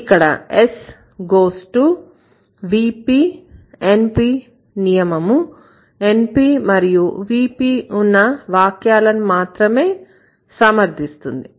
ఈ S goes to NP VP నియమము NP మరియు VP ఉన్న వాక్యాలను మాత్రమే సమర్ధిస్తుంది